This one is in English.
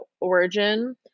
origin